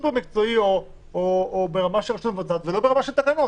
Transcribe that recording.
סופר מקצועי ולא ברמה של תקנות.